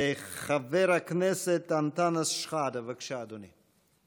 חבר הכנסת אנטאנס שחאדה, בבקשה, אדוני.